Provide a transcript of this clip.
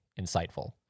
insightful